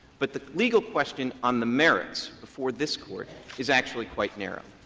but the legal question on the merits before this court is actually quite narrow.